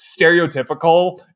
stereotypical